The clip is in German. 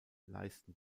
leisten